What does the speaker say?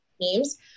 teams